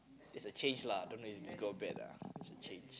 there's a change lah don't know if it's good or bad lah it's a change